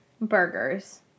Burgers